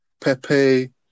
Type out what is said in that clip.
Pepe